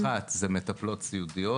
קבוצה אחת זה מטפלות סיעודיות,